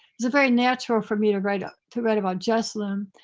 it's a very natural for me to write up, to write about jessalyn.